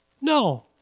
No